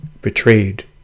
betrayed